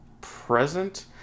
present